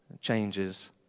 changes